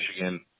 Michigan